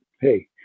hey